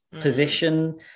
position